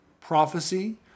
prophecy